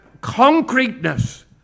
concreteness